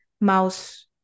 mouse